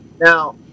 Now